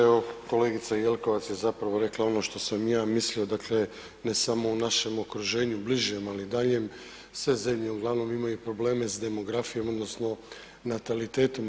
Evo, kolegica Jelkovac je zapravo rekla ono što sam i ja mislio, dakle ne samo u našem okruženju bližem ali i daljem sve zemlje uglavnom imaju probleme s demografijom odnosno natalitetom.